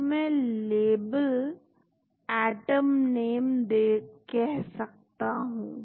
तो मैं label atom name कह सकता हूं